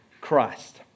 Christ